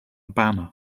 banner